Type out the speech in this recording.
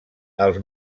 els